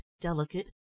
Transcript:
delicate